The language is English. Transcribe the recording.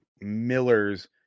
millers